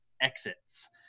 exits